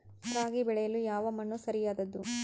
ರಾಗಿ ಬೆಳೆಯಲು ಯಾವ ಮಣ್ಣು ಸರಿಯಾದದ್ದು?